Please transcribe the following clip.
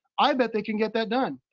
i bet they can get that done.